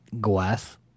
Glass